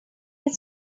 here